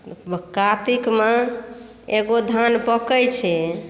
कातिकमे एगो धान पकै छै